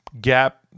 gap